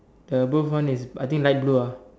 the above one is I think light blue ah